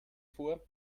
vor